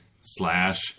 slash